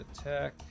attack